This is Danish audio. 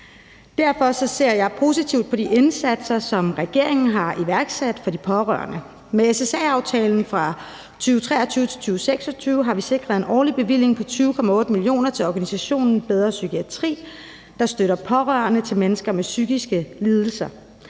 Derfor ser jeg positivt på de indsatser, som regeringen har iværksat for de pårørende. Med SSA-aftalen fra 2023-2026 har vi sikret en årlig bevilling på 20,8 mio. kr. til organisationen Bedre Psykiatri, der støtter pårørende til mennesker med psykiske lidelser.